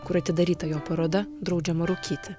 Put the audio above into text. kur atidaryta jo paroda draudžiama rūkyti